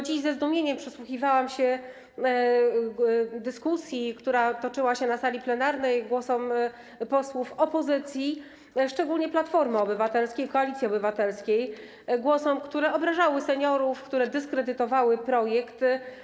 Dziś ze zdumieniem przysłuchiwałam się dyskusji, która toczyła się na sali plenarnej, głosom posłów opozycji, szczególnie Platformy Obywatelskiej, Koalicji Obywatelskiej, głosom, które obrażały seniorów, które dyskredytowały projekty.